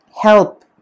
help